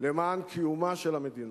למען קיומה של המדינה.